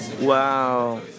Wow